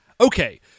Okay